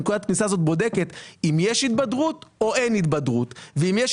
הנקודה הזאת בודקת אם יש התבדרות או אין התבדרות ואם יש